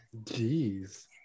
Jeez